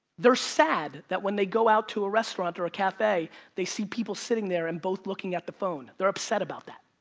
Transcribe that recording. they're sad that when they go out to a restaurant or cafe they see people sitting there and both looking at the phone, they're upset about that.